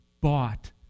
bought